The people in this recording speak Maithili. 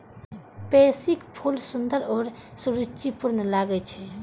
पैंसीक फूल सुंदर आ सुरुचिपूर्ण लागै छै